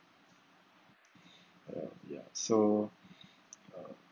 ya so uh